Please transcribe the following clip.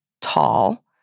tall